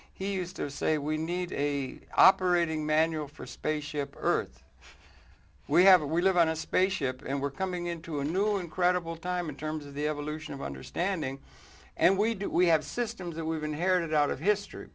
he used to say we need a operating manual for spaceship earth we have we live on a spaceship and we're coming into a new incredible time in terms of the evolution of understanding and we do we have systems that we've inherited out of history